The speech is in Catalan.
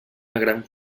gran